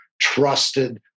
trusted